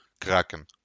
Kraken